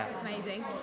amazing